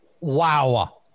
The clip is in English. wow